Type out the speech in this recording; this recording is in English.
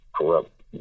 Corrupt